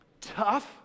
tough